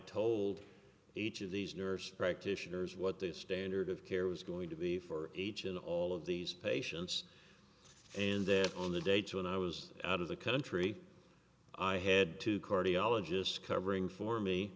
told each of these nurse practitioners what their standard of care was going to be for each and all of these patients and that on the dates when i was out of the country i had to cardiologists covering for me